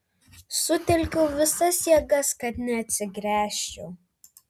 sutelkiau visas jėgas kad neatsigręžčiau